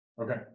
okay